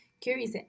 curious